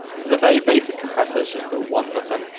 this is a very basic compressor. it's just a one button.